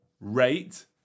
rate